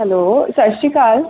hello ਸਤਿ ਸ਼੍ਰੀ ਅਕਾਲ